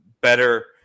better